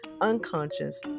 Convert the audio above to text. unconscious